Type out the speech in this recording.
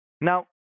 now